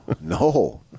no